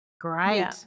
Great